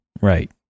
Right